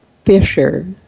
Fisher